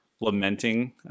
lamenting